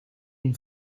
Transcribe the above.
une